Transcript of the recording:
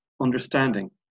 understanding